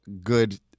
good